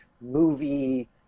movie